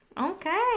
Okay